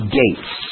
gates